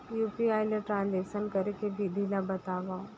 UPI ले transaction करे के विधि ला बतावव?